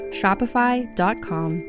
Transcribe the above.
shopify.com